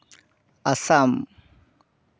Assam